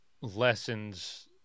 lessons